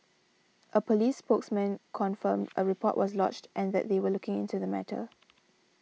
a police spokesman confirmed a report was lodged and that they were looking into the matter